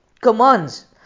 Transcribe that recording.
commands